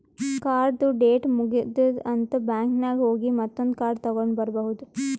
ಕಾರ್ಡ್ದು ಡೇಟ್ ಮುಗದೂದ್ ಅಂತ್ ಬ್ಯಾಂಕ್ ನಾಗ್ ಹೋಗಿ ಮತ್ತೊಂದ್ ಕಾರ್ಡ್ ತಗೊಂಡ್ ಬರ್ಬಹುದ್